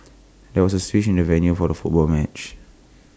there was A switch in the venue for the football match